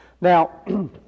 Now